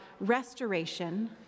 restoration